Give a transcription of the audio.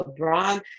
LeBron